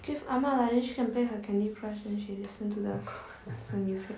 give 阿嫲 lah then she can play her candy crush then she listen to the music